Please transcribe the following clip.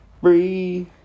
free